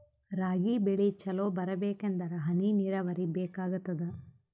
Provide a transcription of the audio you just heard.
ರಾಗಿ ಬೆಳಿ ಚಲೋ ಬರಬೇಕಂದರ ಹನಿ ನೀರಾವರಿ ಬೇಕಾಗತದ?